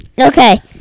Okay